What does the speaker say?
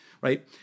right